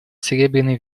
серебряный